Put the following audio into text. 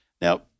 Now